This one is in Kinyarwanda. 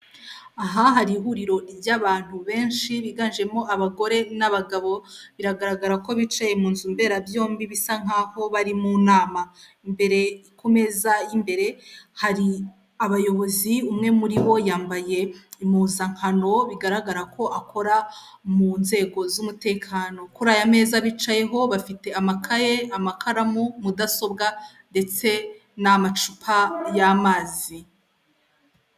Aha hari ihuriro ry'abantu benshi biganjemo abagore n'abagabo. Biragaragara ko bicaye mu nzu mberabyombi bisa nk'aho bari mu nama, imbere ku meza y'imbere hari abayobozi, umwe muri bo yambaye impuzankano bigaragara ko akora mu nzego z'umutekano. kuri aya meza bicayeho bafite amakaye, amakaramu, mudasobwa ndetse n'amacupa y'amazi.